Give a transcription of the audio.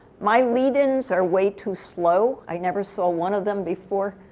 my lead-ins are way too slow. i never saw one of them before.